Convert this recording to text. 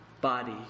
body